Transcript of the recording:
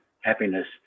happiness